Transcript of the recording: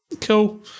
cool